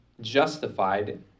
justified